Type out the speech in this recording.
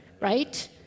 right